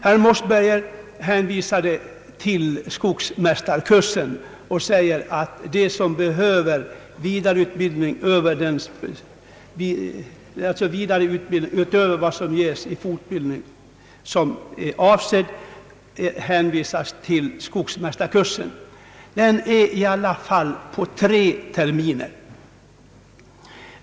Herr Mossberger hänvisade till skogsmästarkursen och säger att de som behöver vidare utbildning, utöver den fortbildning som är avsedd, hänvisas till skogsmästarkursen. Den är i alla fall på tre terminer.